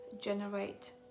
generate